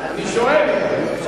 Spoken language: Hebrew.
אני שואל.